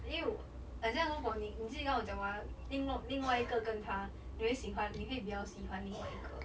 因为我好像如果你你自己跟我讲另外另外一个跟他你会喜欢你会比较喜欢另外一个